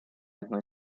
одной